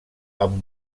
amb